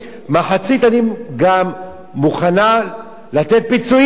מחצית אני גם מוכנה לתת פיצויים.